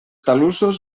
talussos